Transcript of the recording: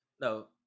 No